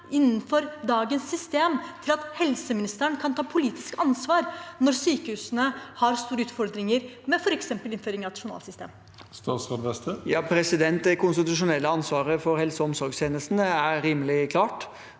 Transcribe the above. innenfor dagens system for at helseministeren kan ta politisk ansvar når sykehusene har store utfordringer med f.eks. innføring av et journalsystem? Statsråd Jan Christian Vestre Det kon- stitusjonelle ansvaret for helse- og omsorgstjenestene er rimelig klart.